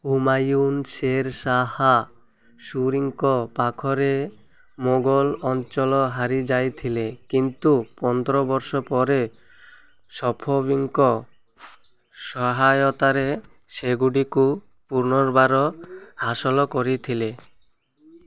ହୁମାୟୁନ୍ ଶେର୍ ଶାହା ସୁରୀଙ୍କ ପାଖରେ ମୋଗଲ ଅଞ୍ଚଳ ହାରିଯାଇଥିଲେ କିନ୍ତୁ ପନ୍ଦର ବର୍ଷ ପରେ ସଫବୀଙ୍କ ସହାୟତାରେ ସେଗୁଡ଼ିକୁ ପୁନର୍ବାର ହାସଲ କରିଥିଲେ